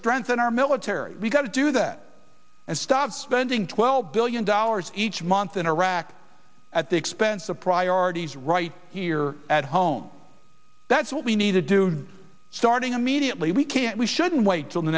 in our military we've got to do that and stop spending twelve billion dollars each month in iraq at the expense of priorities right here at home that's what we need to do starting immediately we can't we shouldn't wait till